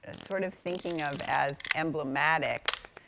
ah sort of thinking of as emblematics,